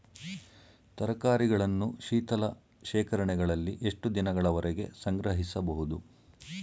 ತರಕಾರಿಗಳನ್ನು ಶೀತಲ ಶೇಖರಣೆಗಳಲ್ಲಿ ಎಷ್ಟು ದಿನಗಳವರೆಗೆ ಸಂಗ್ರಹಿಸಬಹುದು?